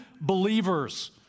believers